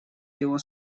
его